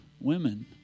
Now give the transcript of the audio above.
women